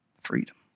Freedom